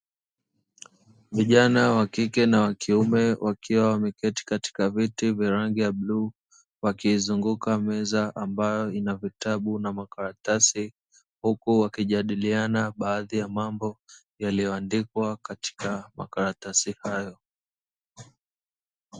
Vijana wakike na wakiume wakiwa wameketi katika viti vya rangi ya bluu wakiizunguka meza ambayo inavitabu na makaratasi huku wakijadiliana baadhi ya mambo yaliyoandikwa katika makaratasi hayo.